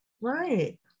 Right